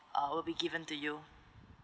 uh will be given to you